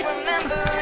remember